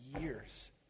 years